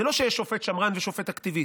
זה לא שיש שופט שמרן ויש שופט אקטיביסט,